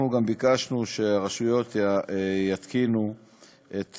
אנחנו ביקשנו שהרשויות יתקינו גם